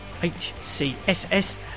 HCSS